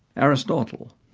aristotle,